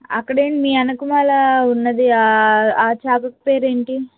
అక్కడ ఏంటి మీ వెనకాల ఉన్న ఆ చేప పేరేంటి